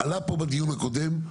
עלה פה בדיון הקודם.